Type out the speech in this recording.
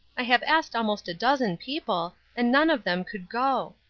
i have asked almost a dozen people, and none of them could go.